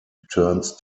returns